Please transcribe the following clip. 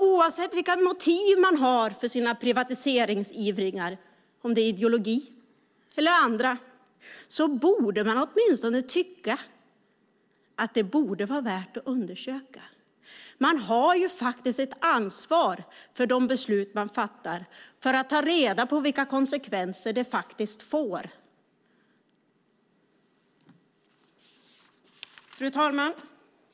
Oavsett vilka motiv man har för sin privatiseringsiver, ideologiska eller andra, borde man ändå tycka att det vore värt att undersöka. Man har ett ansvar för de beslut man fattar och för att ta reda på vilka konsekvenser de faktiskt får. Fru talman!